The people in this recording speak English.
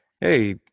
hey